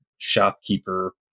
Shopkeeper